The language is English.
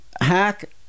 hack